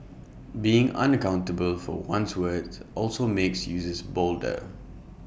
being unaccountable for one's words also makes users bolder